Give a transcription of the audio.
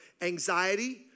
anxiety